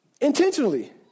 intentionally